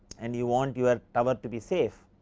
and you want your tower to be safe,